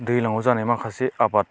दैज्लांआव जानाय माखासे आबाद